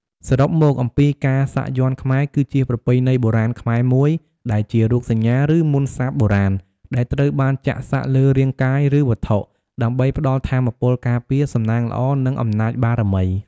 សរុបមកអំពីការសាក់យ័ន្តខ្មែរ គឺជាប្រពៃណីបុរាណខ្មែរមួយដែលជារូបសញ្ញា ឬមន្តសព្ទបុរាណ ដែលត្រូវបានចាក់សាក់លើរាងកាយ ឬវត្ថុ ដើម្បីផ្ដល់ថាមពលការពារ សំណាងល្អ និងអំណាចបារមី។